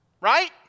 Right